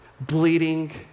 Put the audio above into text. bleeding